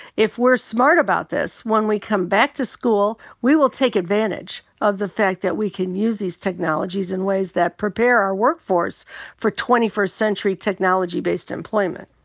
if we're smart about this when we come back to school, we will take advantage of the fact that we can use these technologies in ways that prepare our force for twenty first century technology-based employment.